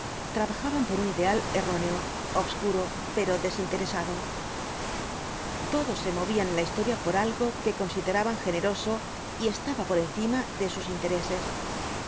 trabajaban por un ideal erróneo obscuro pero desinteresado todos se movían en la historia por algo que consideraban generoso y estaba por encima de sus intereses